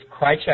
Krychek